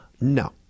No